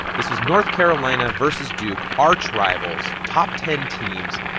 this was north carolina versus duke, arch rivals, top ten teams.